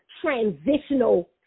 transitional